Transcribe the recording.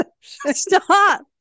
Stop